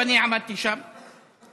ואני עמדתי שם,